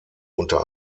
unter